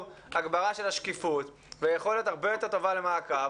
הגברה של השקיפות ויכולת הרבה יותר טובה למעקב